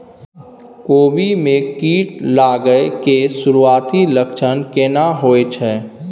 कोबी में कीट लागय के सुरूआती लक्षण केना होय छै